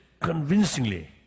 convincingly